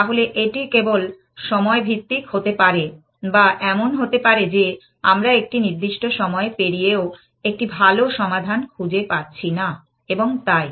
তাহলে এটি কেবল সময় ভিত্তিক হতে পারে বা এমন হতে পারে যে আমরা একটি নির্দিষ্ট সময় পেরিয়েও একটি ভাল সমাধান খুঁজে পাচ্ছি না এবং তাই